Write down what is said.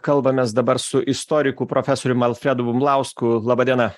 kalbamės dabar su istoriku profesorium alfredu bumblausku laba diena